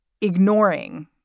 ignoring